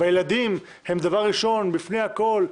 והילדים הם דבר ראשון לפני הכול,